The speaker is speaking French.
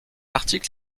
article